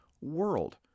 world